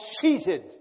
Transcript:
cheated